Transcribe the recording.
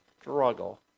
struggle